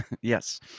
yes